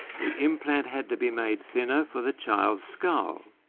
the implant had to be made thinner for the child's skull.